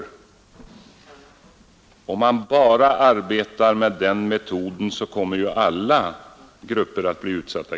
Men om man bara arbetar med den metoden kommer ju alla grupper att bli utsatta.